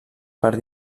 per